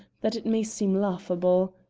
that it may seem laughable.